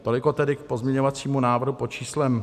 Toliko tedy k pozměňovacímu návrhu pod číslem 5895.